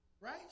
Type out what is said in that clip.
Right